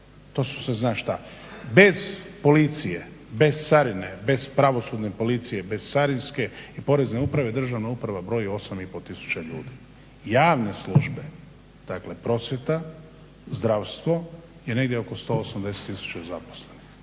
je to se zna šta, bez policije, bez carine, bez pravosudne policije, bez carinske i porezne uprave državna uprava broji 8,5 ljudi javne službe. Dakle prosvjeta, zdravstvo je negdje oko 180 tisuća zaposlenih